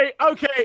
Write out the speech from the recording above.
okay